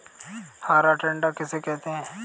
हरा टिड्डा किसे कहते हैं?